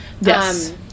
yes